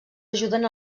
ajuden